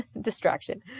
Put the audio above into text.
distraction